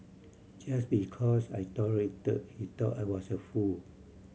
just because I tolerated he thought I was a fool